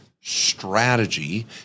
strategy